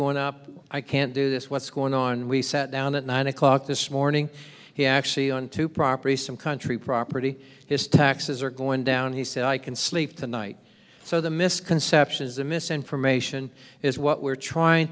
going up i can't do this what's going on we sat down at nine o'clock this morning he actually onto property some country property his taxes are going down he said i can sleep tonight so the misconception is the misinformation is what we're trying